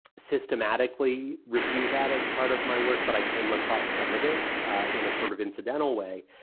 systematically review that as part of my work but i came across some of it in a sort of incidental way.